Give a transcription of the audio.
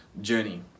journey